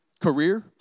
career